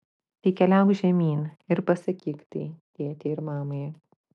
tai keliauk žemyn ir pasakyk tai tėtei ir mamai